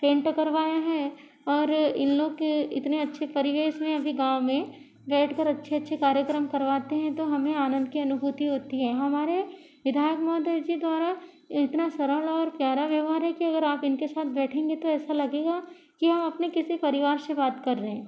paint करवाया है और इन लोग के इतने अच्छे तरीके से अभी गाँव में बैठ कर अच्छे अच्छे कार्यक्रम करवाते हैं तो हमें आनंद की अनुभूति होती है हमारे विधायक महोदय जी द्वारा इतना सरल और प्यारा व्यवहार है कि अगर आप इनके साथ बैठेंगे तो ऐसा लगेगा कि हम अपने किसी परिवार से बात कर रहे हैं